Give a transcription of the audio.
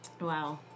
Wow